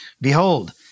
Behold